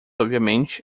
obviamente